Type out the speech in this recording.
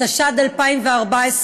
התשע"ד 2014,